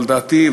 אבל לדעתי,